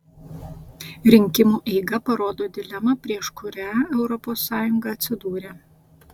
rinkimų eiga parodo dilemą prieš kurią europos sąjunga atsidūrė